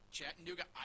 Chattanooga